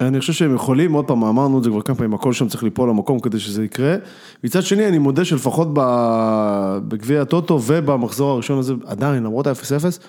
אני חושב שהם יכולים, עוד פעם אמרנו את זה כבר כמה פעמים, הכל שם צריך ליפול למקום כדי שזה יקרה. מצד שני, אני מודה שלפחות ב... בגביע הטוטו ובמחזור הראשון הזה, עדיין, למרות ה-0-0...